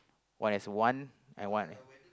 one is one and one